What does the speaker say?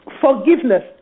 Forgiveness